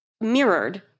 mirrored